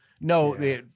no